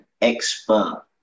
expert